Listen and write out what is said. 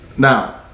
Now